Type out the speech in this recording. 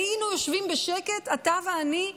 היינו יושבים בשקט, אתה ואני,